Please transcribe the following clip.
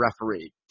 referee